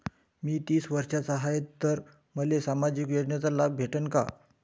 मी तीस वर्षाचा हाय तर मले सामाजिक योजनेचा लाभ भेटन का?